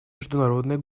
международное